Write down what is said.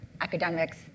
academics